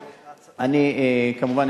כמובן,